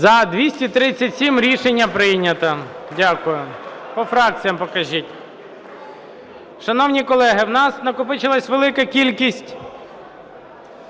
За-237 Рішення прийнято. Дякую. По фракціям покажіть. Шановні колеги, у нас накопичилась велика кількість